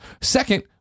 Second